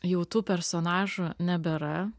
jau tų personažų nebėra